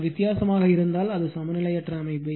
சற்று வித்தியாசமாக இருந்தால் அது சமநிலையற்ற அமைப்பு